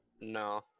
No